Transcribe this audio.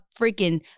freaking